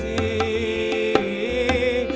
the